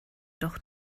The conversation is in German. doch